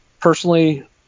personally